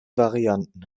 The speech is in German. varianten